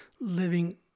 living